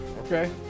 Okay